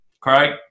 Craig